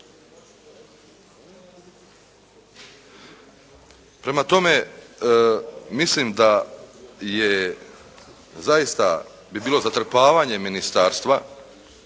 Prema tome, mislim da je zaista bi bilo zatrpavanje ministarstva